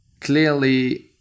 clearly